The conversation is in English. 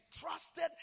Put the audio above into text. trusted